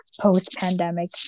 post-pandemic